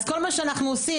אז כל מה שאנחנו עושים,